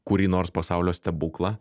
kurį nors pasaulio stebuklą